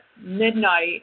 midnight